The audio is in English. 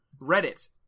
Reddit